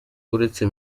uretse